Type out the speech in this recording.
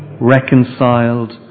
reconciled